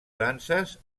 danses